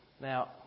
Now